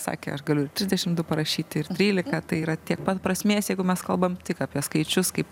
sakė aš galiu ir trisdešim du parašyti ir trylika tai yra tiek pat prasmės jeigu mes kalbam tik apie skaičius kaip